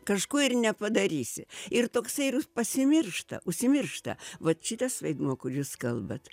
kažko ir nepadarysi ir toksai ir pasimiršta užsimiršta vat šitas vaidmuo kur jūs kalbat